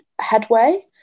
headway